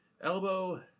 elbow